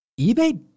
eBay